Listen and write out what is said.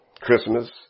Christmas